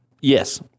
Yes